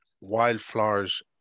wildflowers